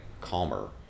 calmer